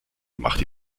machte